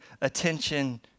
attention